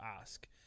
ask